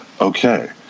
okay